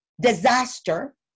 disaster